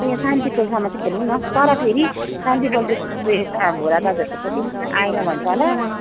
उ यहाँ शान्ति टोलसम्म चाहिँ खेलौँ न तर फेरि शान्ति टोलदेखिको यता भोला दाजुहरूकोपट्टि पनि आएन भन्छ होला